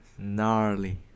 Gnarly